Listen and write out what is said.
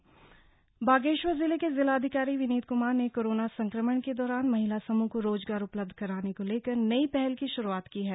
बागेश्वर बागेश्वर जिले के जिलाधिकारी विनीत कुमार ने कोरोना संक्रमण के दौरान महिला समूह को रोजगार उपलब्ध कराने को लेकर नई पहल की शुरुआत की है